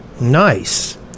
Nice